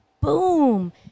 boom